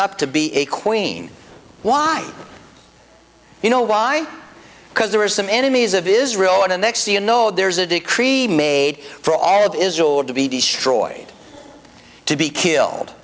up to be a queen why you know why because there are some enemies of israel in the next you know there's a decree made for all of israel to be destroyed to be killed